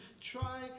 try